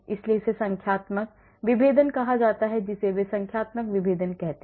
इसलिए इसे संख्यात्मक विभेदन कहा जाता है जिसे वे संख्यात्मक विभेदन कहते हैं